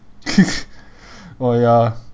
oh ya